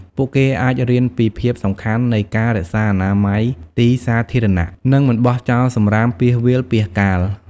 ពួកគេអាចរៀនពីភាពសំខាន់នៃការរក្សាអនាម័យទីសាធារណៈ និងមិនបោះចោលសំរាមពាសវាលពាសកាល។